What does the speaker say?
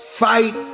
Fight